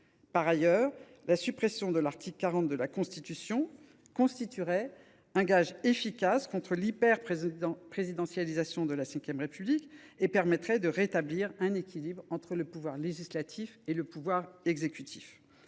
Par ailleurs, la suppression de l’article 40 de la Constitution constituerait un gage efficace contre l’hyperprésidentialisation de la V République et permettrait de rétablir un équilibre entre le pouvoir législatif et le pouvoir exécutif,